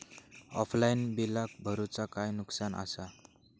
Offline बिला भरूचा काय नुकसान आसा?